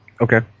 Okay